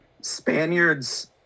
Spaniards